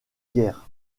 guerre